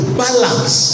balance